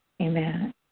Amen